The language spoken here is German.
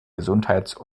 gesundheits